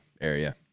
area